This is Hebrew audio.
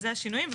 זה השינויים.